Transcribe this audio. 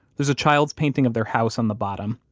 there's a child's painting of their house on the bottom,